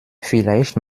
vielleicht